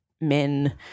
men